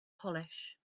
polish